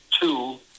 two